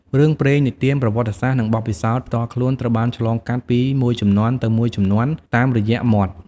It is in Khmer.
រឿងព្រេងនិទាន ប្រវត្តិសាស្រ្ត និងបទពិសោធន៍ផ្ទាល់ខ្លួនត្រូវបានឆ្លងកាត់ពីមួយជំនាន់ទៅមួយជំនាន់តាមរយៈមាត់។